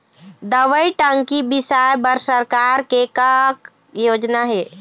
दवई टंकी बिसाए बर सरकार के का योजना हे?